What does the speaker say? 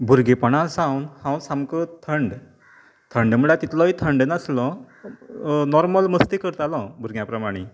भुरगेपणा सावन हांव सामको थंड थंड म्हणल्या तितलोय थंड नासलो नाॅरमल मस्ती करतालो भुरग्यां प्रमाणी